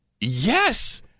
yes